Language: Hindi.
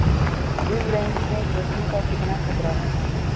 लिवरेज में जोखिम का कितना खतरा है?